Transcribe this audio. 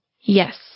Yes